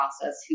process